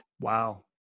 Wow